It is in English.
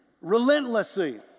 relentlessly